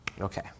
Okay